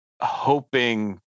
hoping